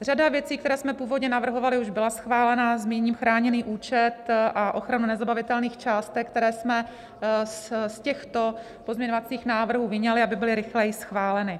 Řada věcí, které jsme původně navrhovali, už byla schválena, zmíním chráněný účet a ochranu nezabavitelných částek, které jsme z těchto pozměňovacích návrhů vyňali, aby byly rychleji schváleny.